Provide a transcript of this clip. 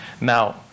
Now